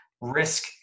risk